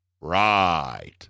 Right